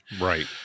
Right